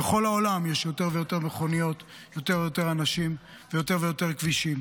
בכל העולם יש יותר ויותר מכוניות ויותר ויותר אנשים ויותר ויותר כבישים.